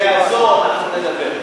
זה יעזור אם אנחנו נדבר.